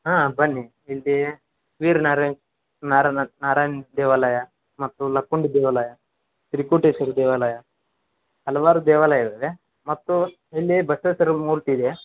ಹಾಂ ಬನ್ನಿ ಇಲ್ಲಿ ವೀರ್ ನಾರಾಯಣ ನಾರನ್ನ ನಾರಾಯಣ ದೇವಾಲಯ ಮತ್ತು ಲಕ್ಕುಂಡಿ ದೇವಾಲಯ ತ್ರಿಪುರೇಶ್ವರಿ ದೇವಾಲಯ ಹಲವಾರು ದೇವಾಲಯವಿದೆ ಮತ್ತು ಇಲ್ಲಿ ಬಸವೇಶ್ವರರ ಮೂರ್ತಿ ಇದೆ